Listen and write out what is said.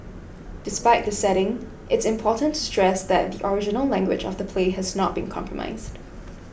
despite the setting it's important to stress that the original language of the play has not been compromised